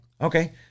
okay